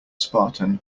spartan